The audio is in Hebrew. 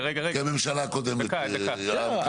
45 יום זה הממשלה הקודמת --- בסדר,